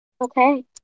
Okay